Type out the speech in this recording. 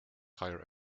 higher